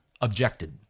objected